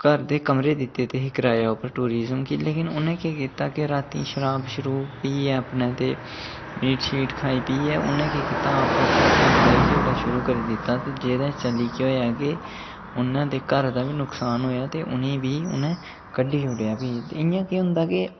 घर दे कमरे दित्ते दे हे कराए उप्पर लोकल टूरिजम गी पर उ'नें के कीता के राती शराब शुरुब पीऐ अपने ते मीट शीट खाई पीऐ उ'नें के कीता अपने गै आपस च लड़ाई झगडा शुरू करी दिता ते जेह्दे चाल्ली के होआ के उं'दे घरै दा बी नुक्सान होआ ते उ'नेंगी बी उ'नें कड्डी छोड़आ फ्ही इ'यां के होंदा के